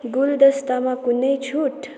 गुलदस्तामा कुनै छुट